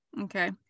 Okay